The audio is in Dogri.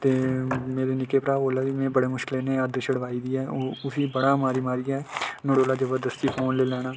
मेरे निक्के भ्राऽ कोला बी में बड़े मुश्कलें में आपूं छुड़वाई दी ऐ उसी बड़ा मारी मारियै नोहाड़े कोला जबरदस्ती फोन लेई लैना